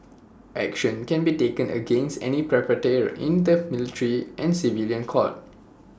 action can be taken against any perpetrator in the military and civilian court